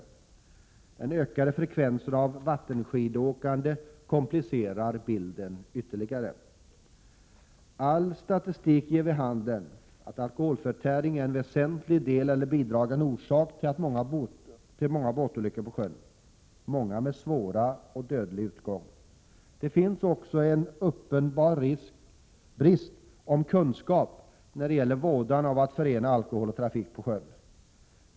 Den ökade frekvensen av vattenskidåkande komplicerar bilden ytterligare. All statistik ger vid handen att alkoholförtäring är en väsentlig del i eller bidragande orsak till många båtolyckor på sjön, åtskilliga med svår eller rent av dödlig utgång. Det finns också en uppenbar brist på kunskap när det gäller vådan av att förena alkohol och trafik på sjön.